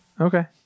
Okay